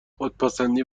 خودپسندی